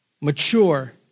mature